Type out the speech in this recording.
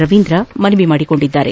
ರವೀಂದ್ರ ಮನವಿ ಮಾಡಿದ್ದಾರೆ